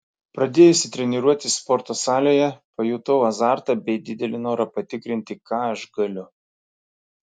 pradėjusi treniruotis sporto salėje pajutau azartą bei didelį norą patikrinti ką aš galiu